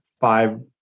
five